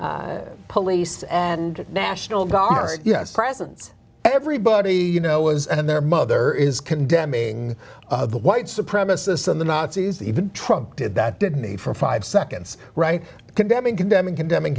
larger police and national guard yes presence everybody you know was and their mother is condemning the white supremacists and the nazis even trumpeted that did me for five seconds right condemning condemning condemning